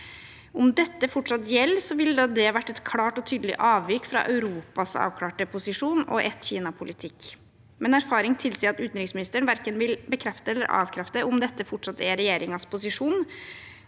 Om dette fortsatt gjelder, vil det vært et klart og tydelig avvik fra Europas avklarte posisjon og ett-Kina-politikk. Men erfaring tilsier at utenriksministeren verken vil bekrefte eller avkrefte om dette fortsatt er regjeringens posisjon.